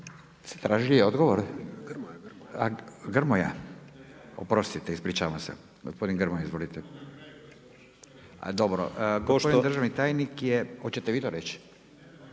…/Upadica se ne čuje./… Grmoja, oprostite, ispričavam se. Gospodin Grmoja izvolite. A dobro, gospodin državni tajnik je, hoćete vi to reći?